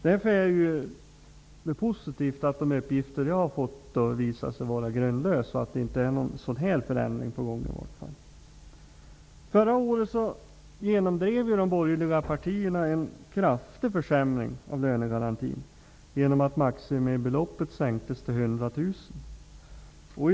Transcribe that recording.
Därför är det positivt att de uppgifter jag har fått har visat sig vara grundlösa och att några förändringar av i varje fall detta slag inte är på gång. Förra året genomdrev de borgerliga partierna en kraftig försämring av lönegarantin. Maximibeloppet sänktes till 100 000 kr.